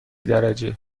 درجه